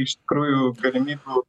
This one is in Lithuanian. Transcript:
iš tikrųjų galimybių